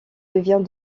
devient